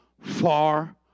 far